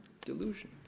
delusion